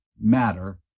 matter